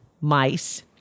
mice